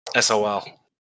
SOL